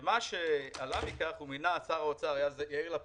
שעלה מכך, שר האוצר בזמנו, יאיר לפיד,